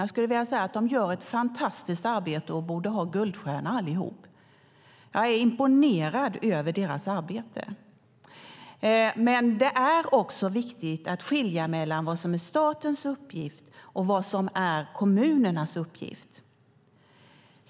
Jag skulle vilja säga att de gör ett fantastiskt arbete och borde ha guldstjärna allihop. Jag är imponerad över deras arbete. Det är också viktigt att skilja mellan vad som är statens uppgift och vad som är kommunernas uppgift.